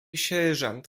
sierżant